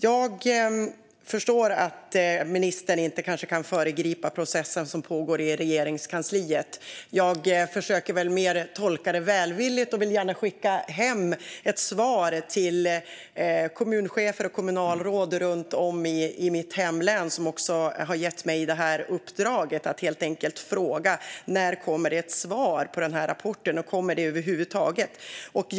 Jag förstår att ministern inte kan föregripa den process som pågår i Regeringskansliet. Jag försöker tolka det välvilligt och vill gärna skicka hem ett svar till kommunchefer och kommunalråd runt om i mitt hemlän, vilka också har gett mig uppdraget att helt enkelt fråga när det kommer ett svar på rapporten och om det över huvud taget kommer.